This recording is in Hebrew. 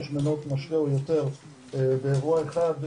יש מנות משקה יותר באירוע אחד,